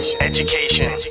education